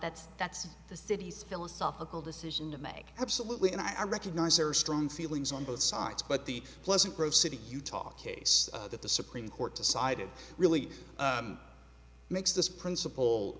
that's that's the city's philosophical decision to make absolutely and i recognize there are strong feelings on both sides but the pleasant grove city utah case that the supreme court decided really makes this princip